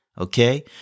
Okay